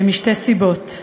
משתי סיבות: